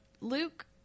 Luke